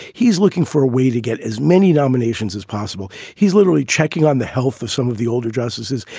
he's looking for a way to get as many nominations as possible. he's literally checking on the health of some of the older justices.